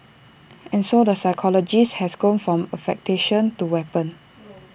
and so the psychologist has gone from affectation to weapon